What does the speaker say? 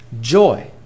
joy